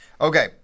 Okay